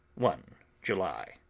one july.